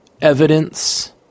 evidence